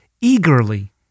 eagerly